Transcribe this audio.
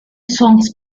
songs